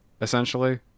essentially